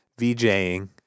VJing